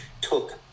took